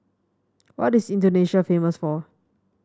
what is Indonesia famous for